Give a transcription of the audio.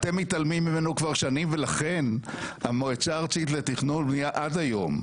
אתם מתעלמים ממנו כבר שנים ולכן המועצה הארצית לתכנון ובנייה עד היום,